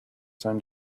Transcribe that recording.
time